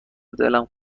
دلم